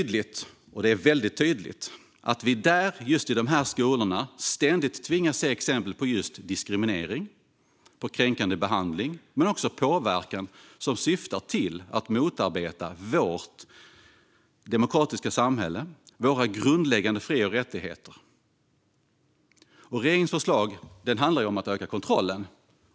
Det är tydligt att vi i just de här skolorna ständigt tvingas se exempel på diskriminering och kränkande behandling men också påverkan som syftar till att motarbeta vårt demokratiska samhälle och våra grundläggande fri och rättigheter. Regeringens förslag handlar om att öka kontrollen.